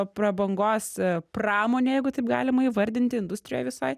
prabangos pramonė jeigu taip galima įvardinti industrijoj visoj